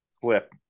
clip